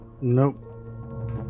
Nope